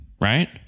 right